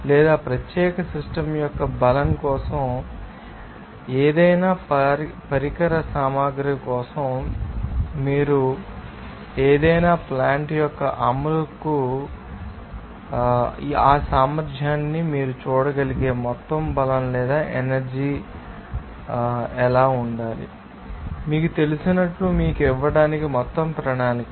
మీ లేదా ప్రత్యేక సిస్టమ్ యొక్క బలం కోసం లేదా మీకు తెలిసిన ఏదైనా పరికర సామగ్రి కోసం మీరు చెప్పగలిగేది లేదా ఏదైనా ప్లాంట్ యొక్క అమలు మీకు తెలిసినదని మీరు చూడవచ్చు ఆ సామర్థ్యాన్ని మీరు చూడగలిగే మొత్తం బలం లేదా ఎనర్జీ ఎలా ఉండాలి మీకు తెలుసా మీకు తెలిసినట్లు మీకు ఇవ్వడానికి మొత్తం ప్రణాళిక